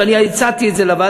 ואני הצעתי את זה לוועדה.